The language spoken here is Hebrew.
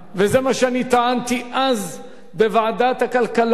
וזה מה שאני שטענתי אז בוועדת הכלכלה.